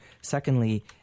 Secondly